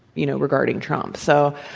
you know, regarding trump. so,